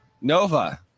Nova